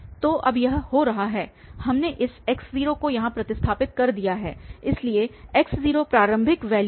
तो अब यह हो रहा हमने इस x० को यहाँ प्रतिस्थापित कर दिया है इसलिए x० प्रारंभिक वैल्यू है